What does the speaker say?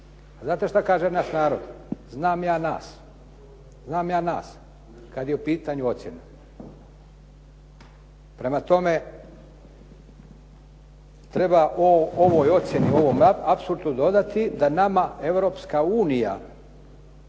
znate šta kaže naš narod? "Znam ja nas", "Znam ja nas kada je u pitanju ocjena". Prema tome, treba ovoj ocjeni, ovom …/Govornik se ne razumije./… dodati da nama Europska unija,